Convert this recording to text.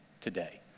today